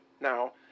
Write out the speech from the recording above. Now